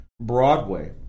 Broadway